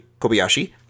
Kobayashi